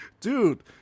Dude